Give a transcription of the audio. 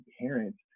parents